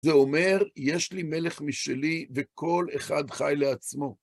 זה אומר, יש לי מלך משלי, וכל אחד חי לעצמו...